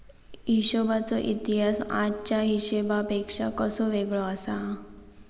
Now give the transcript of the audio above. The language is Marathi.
हिशोबाचो इतिहास आजच्या हिशेबापेक्षा कसो वेगळो आसा?